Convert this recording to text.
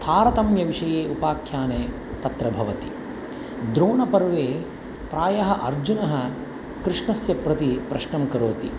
तारतम्यविषये उपाख्याने तत्र भवति द्रोणपर्वे प्रायः अर्जुनः कृष्णं प्रति प्रश्नं करोति